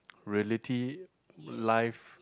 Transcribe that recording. reality life